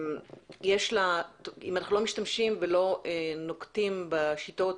אם אנחנו לא משתמשים ולא נוקטים בשיטות